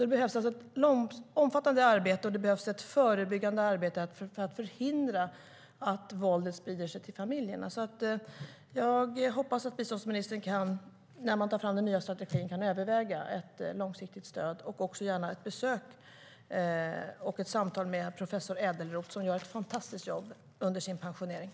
Det behövs ett omfattande förebyggande arbete för att förhindra att våldet sprider sig till familjerna.